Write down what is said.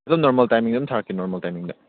ꯑꯗꯨꯝ ꯅꯣꯔꯃꯦꯜ ꯇꯥꯏꯃꯤꯡꯗ ꯑꯗꯨꯝ ꯊꯥꯔꯀꯀꯦ ꯅꯣꯔꯃꯦꯜ ꯇꯥꯏꯃꯤꯡꯗ